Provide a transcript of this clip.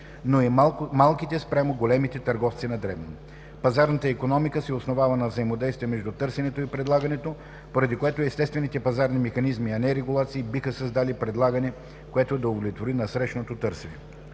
но и малките спрямо големите търговци на дребно. Пазарната икономика се основава на взаимодействие между търсенето и предлагането, поради което естествените пазарни механизми, а не регулации, биха създали предлагане, което да удовлетвори насрещно търсене.